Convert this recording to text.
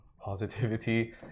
positivity